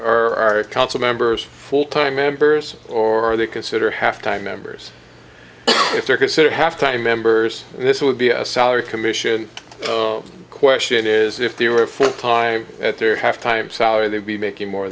are our council members full time members or are they consider have time members if they're considered have time members this would be a salary commission question is if they were full time at their half time salary they'd be making more